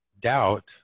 doubt